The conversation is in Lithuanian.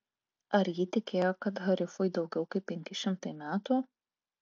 ar ji tikėjo kad harifui daugiau kaip penki šimtai metų